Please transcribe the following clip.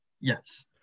Yes